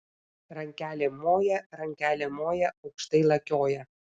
rankelėm moja rankelėm moja aukštai lakioja